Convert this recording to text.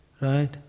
Right